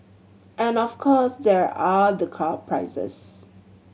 and of course there are the car prices